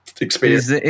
experience